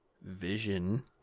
vision